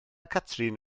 catrin